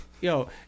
Yo